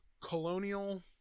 colonial